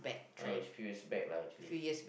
no is few years back lah actually